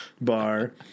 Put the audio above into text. bar